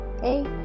Hey